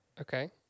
Okay